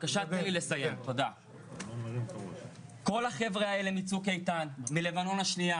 כל החברה האלה מצוק איתן מלבנון השנייה